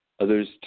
Others